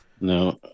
no